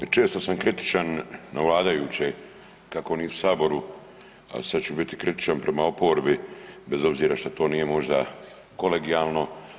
Često sam kritičan na vladajuće u Saboru, a sada ću biti kritičan prema oporbi bez obzira što to nije možda kolegijalno.